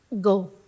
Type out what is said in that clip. go